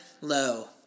low